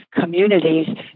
communities